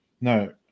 No